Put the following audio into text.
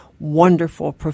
wonderful